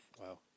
Wow